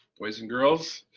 boys and girls,